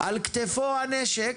על כתפו הנשק,